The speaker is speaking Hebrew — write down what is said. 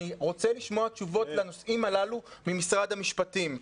אני רוצה לשמוע תשובות לנושאים הללו ממשרד המשפטים.